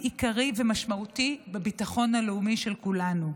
עיקרי ומשמעותי בביטחון הלאומי של כולנו.